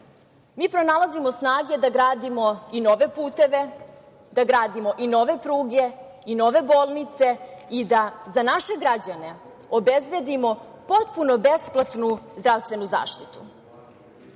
mi pronalazimo snage da gradimo i nove puteve, da gradimo i nove pruge i nove bolnice i da za naše građane obezbedimo potpuno besplatnu zdravstvenu zaštitu. Kada